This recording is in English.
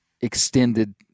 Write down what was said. extended